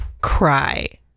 cry